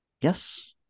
Yes